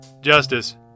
Justice